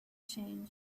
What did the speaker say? change